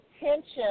attention